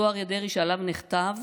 אותו אריה דרעי שעליו נכתב